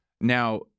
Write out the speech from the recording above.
Now